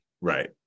right